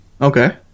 Okay